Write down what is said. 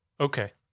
Okay